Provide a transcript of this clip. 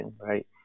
right